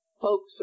folks